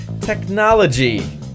technology